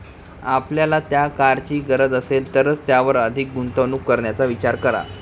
आपल्याला त्या कारची गरज असेल तरच त्यावर अधिक गुंतवणूक करण्याचा विचार करा